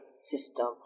system